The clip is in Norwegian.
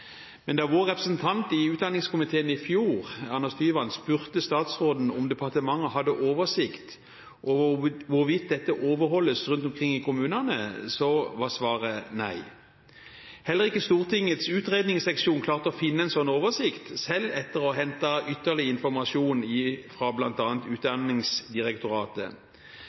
Men da vår representant i kirke-, utdannings- og forskningskomiteen, Anders Tyvand, i fjor spurte statsråden om departementet hadde oversikt over hvorvidt dette overholdes rundt omkring i kommunene, var svaret nei. Heller ikke Stortingets utredningsseksjon klarte å finne en sånn oversikt, selv etter å ha innhentet ytterligere informasjon fra bl.a. Utdanningsdirektoratet.